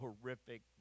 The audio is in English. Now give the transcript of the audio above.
horrific